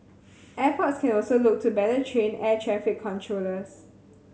airports can also look to better train air traffic controllers